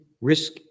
risk